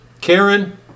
Karen